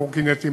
קורקינטים,